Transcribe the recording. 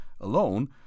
alone